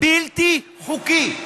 בלתי חוקי,